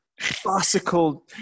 farcical